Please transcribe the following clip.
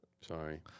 Sorry